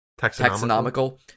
Taxonomical